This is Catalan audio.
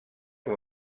com